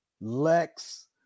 Lex